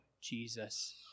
Jesus